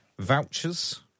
vouchers